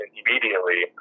immediately